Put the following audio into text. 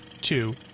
two